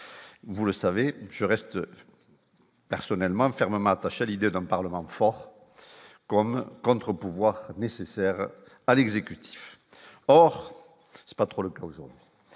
vous le savez, je reste personnellement fermement attaché à l'idée d'un parlement fort comme contre-pouvoir nécessaire à l'exécutif, or c'est pas trop le cas aujourd'hui,